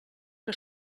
que